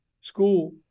school